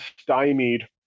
stymied